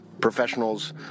professionals